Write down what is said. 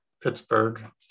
Pittsburgh